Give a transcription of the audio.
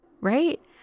Right